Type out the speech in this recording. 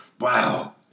wow